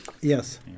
Yes